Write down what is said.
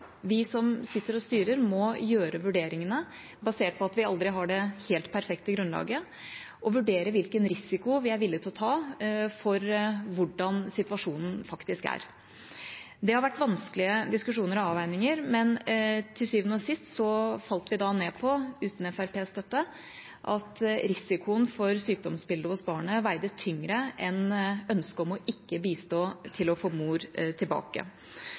Vi som sitter og styrer, må gjøre vurderingene basert på at vi aldri har det helt perfekte grunnlaget, og vurdere hvilken risiko vi er villige til å ta med tanke på hvordan situasjonen faktisk er. Det har vært vanskelige diskusjoner og avveininger, men til syvende og sist falt vi ned på, uten Fremskrittspartiets støtte, at risikoen ved sykdomsbildet hos barnet veide tyngre enn ønsket om ikke å bistå med å få mor tilbake.